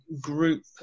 group